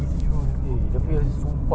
easy bro